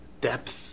depth